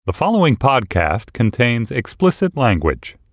the following podcast contains explicit language